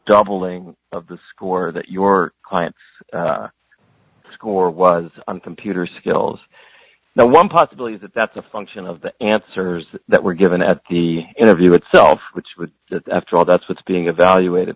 doubling of the score that your client score was on computer skills now one possibility is that that's a function of the answers that were given at the interview itself which was after all that's what's being evaluated i